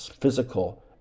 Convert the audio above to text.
physical